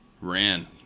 ran